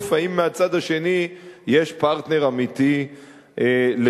האם מהצד השני יש פרטנר אמיתי לשלום.